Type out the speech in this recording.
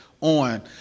on